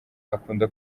akunda